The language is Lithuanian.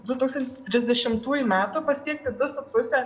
du tūkstantis trisdešimtųjų metų pasiekti du su puse